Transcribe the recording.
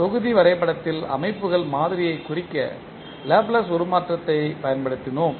தொகுதி வரைபடத்தில் அமைப்புகள் மாதிரியைக் குறிக்க லாப்லேஸ் உருமாற்றத்தைப் பயன்படுத்தினோம்